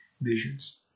visions